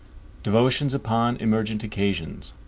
devotions upon emergent occasions,